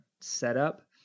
setup